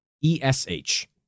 E-S-H